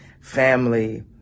family